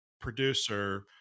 producer